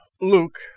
Luke